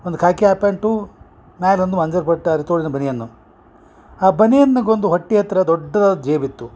ಒಂದು ಕಾಕ್ಯಾ ಪ್ಯಾಂಟು ಮ್ಯಾಲ ಒಂದು ಮಂಜರ್ಬಟ್ ಅರೆ ತೋಳಿನ ಬನಿಯನ್ನು ಆ ಬನಿಯನ್ಗೊಂದು ಹೊಟ್ಟೆ ಹತ್ತಿರ ದೊಡ್ಡದಾದ ಜೇಬಿತ್ತು